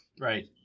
Right